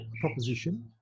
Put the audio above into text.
proposition